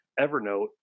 Evernote